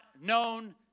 known